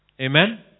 Amen